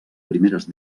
primeres